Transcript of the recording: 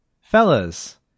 fellas